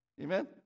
Amen